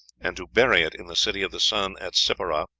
and to bury it in the city of the sun at sippara,